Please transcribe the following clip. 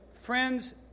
friends